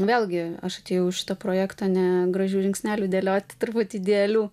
vėlgi aš atėjau į šitą projektą ne gražių žingsnelių dėlioti turbūt idealių